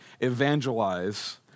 evangelize